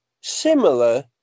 similar